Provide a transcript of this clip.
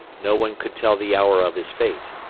no one could tell the hour of his fate.